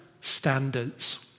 standards